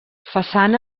façana